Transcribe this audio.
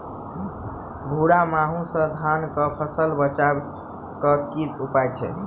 भूरा माहू सँ धान कऽ फसल बचाबै कऽ की उपाय छै?